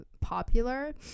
popular